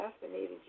fascinated